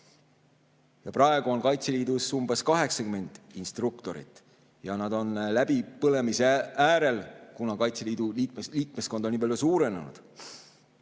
Praegu on Kaitseliidus umbes 80 instruktorit ja nad on läbipõlemise äärel, kuna Kaitseliidu liikmeskond on nii palju suurenenud.